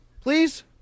Please